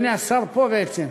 הנה, בעצם,